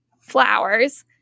flowers